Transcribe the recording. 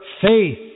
faith